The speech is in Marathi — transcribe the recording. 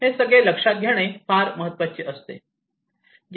हे सगळे लक्षात घेणे फार महत्त्वाचे असते